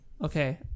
Okay